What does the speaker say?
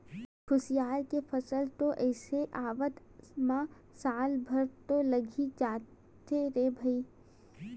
खुसियार के फसल तो अइसे आवत म साल भर तो लगे ही जाथे रे भई